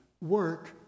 work